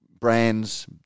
Brands